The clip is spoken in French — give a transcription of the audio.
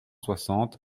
soixante